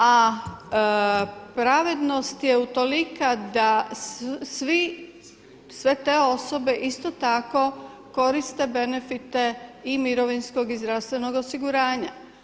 A pravednost je utolika da svi, sve te osobe isto tako koriste benefite i mirovinskog i zdravstvenog osiguranja.